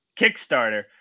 Kickstarter